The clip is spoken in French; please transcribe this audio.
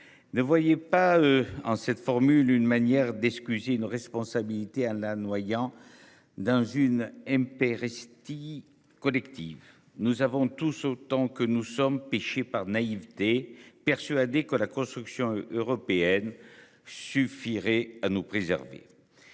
ne voyait pas en cette formule. Une manière d'excuser une responsabilité à la noyant dans une MP Roesti collective. Nous avons tous autant que nous sommes pêcher par naïveté, persuadé que la construction européenne suffirait à nous préserver.